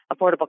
Affordable